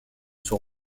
sont